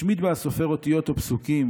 השמיט בה הסופר אותיות או פסוקים,